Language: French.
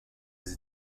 des